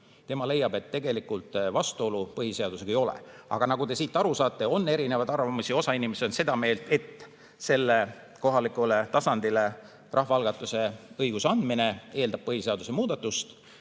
Tema leiab, et tegelikult vastuolu põhiseadusega ei ole. Aga nagu te aru saate, on erinevaid arvamusi. Osa inimesi on seda meelt, et kohalikule tasandile rahvaalgatuse õiguse andmine eeldab põhiseaduse muudatust,